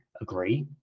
agree